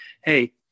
hey